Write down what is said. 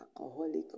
alcoholic